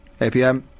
APM